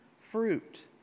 fruit